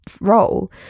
role